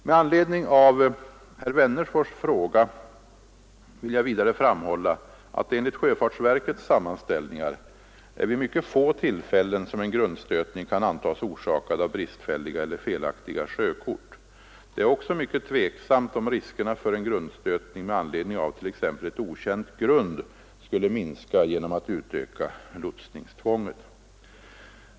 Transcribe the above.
Med anledning av herr Wennerfors” fråga vill jag vidare framhålla att det enligt sjöfartsverkets sammanställningar är vid mycket få tillfällen som en grundstötning kan antas orsakad av bristfälliga eller felaktiga sjökort. Det är också mycket tveksamt, om riskerna för en grundstötning med anledning av t.ex. ett okänt grund skulle minska genom att utöka lotsningstvånget.